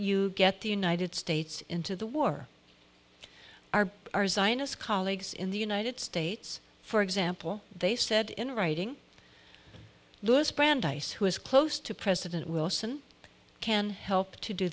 you get the united states into the war are our zionist colleagues in the united states for example they said in writing louis brandeis who is close to president wilson can help to do